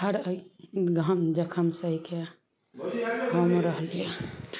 हर अइ गम जख्म सहिके हमहुँ रहलियै